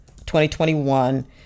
2021